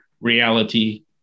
reality